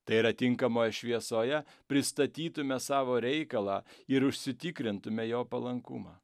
tai yra tinkamoj šviesoje pristatytumėme savo reikalą ir užsitikrintumėme jo palankumą